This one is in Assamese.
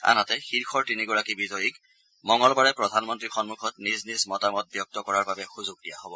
আনহাতে শীৰ্ষৰ তিনিগৰাকী বিজয়ীক মঙলবাৰে প্ৰধানমন্ত্ৰীৰ সন্মুখত নিজ নিজ মতামত ব্যক্ত কৰাৰ বাবে সুযোগ দিয়া হব